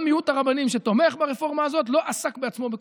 גם מיעוט הרבנים שתומך ברפורמה הזאת לא עסק בעצמו בכשרות.